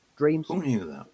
Dreams